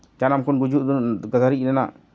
ᱡᱟᱱᱟᱢ ᱠᱷᱚᱱ ᱜᱩᱡᱩᱜ ᱫᱷᱟᱹᱨᱤᱡ ᱨᱮᱱᱟᱜ